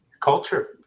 Culture